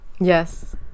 Yes